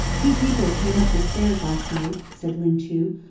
two people came up the stairs last night, said ling chu,